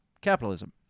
capitalism